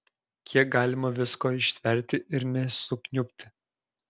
kiek galima visko ištverti ir nesukniubti